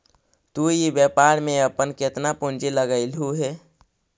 तु इ व्यापार में अपन केतना पूंजी लगएलहुं हे?